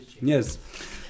Yes